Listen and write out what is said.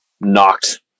knocked